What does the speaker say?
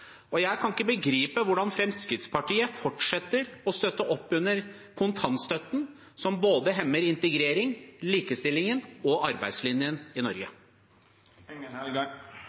kontantstøtten. Jeg kan ikke begripe hvordan Fremskrittspartiet fortsetter å støtte opp under kontantstøtten, som hemmer både integreringen, likestillingen og arbeidslinjen i